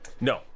No